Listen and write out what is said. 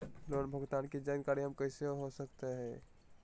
Loan भुगतान की जानकारी हम कैसे हो सकते हैं?